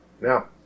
Now